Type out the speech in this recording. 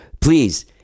please